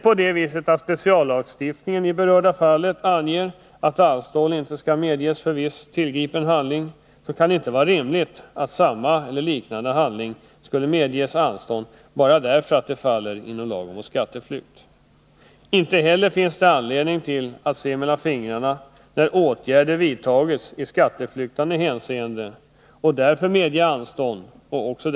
Om speciallagstiftningen i det berörda fallet anger att anstånd inte skall medges kan det inte vara rimligt att vid samma eller liknande handling medge anstånd bara därför att skatten påförts med stöd av lagen mot skatteflykt. Inte heller finns det anledning att se mellan fingrarna när åtgärder vidtagits i skatteflyktande syfte och därför medge anstånd med inbetalning av skatt.